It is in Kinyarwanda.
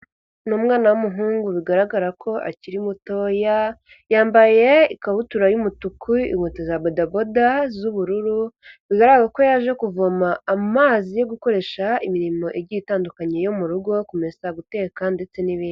Ni umwana w'umuhungu bigaragara ko akiri muto, yambaye ikabutura y'umutuku, inkweto za bodaboda z'ubururu, bigaragara ko yaje kuvoma amazi yo gukoresha imirimo igiye itandukanye yo mu rugo, kumesa, guteka ndetse n'ibindi.